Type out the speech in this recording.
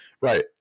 Right